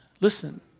Listen